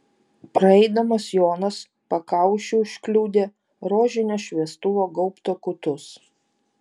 praeidamas jonas pakaušiu užkliudė rožinio šviestuvo gaubto kutus